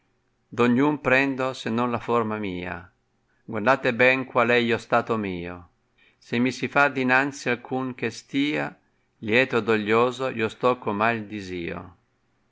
ogniun prendo se non la forma mia guardate ben qual è io stato mio se mi si fa dinanzi alcun che stia lieto o doglioso io sto com ha il disio